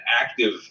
active